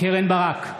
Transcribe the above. קרן ברק,